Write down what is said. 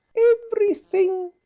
everything,